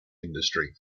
industry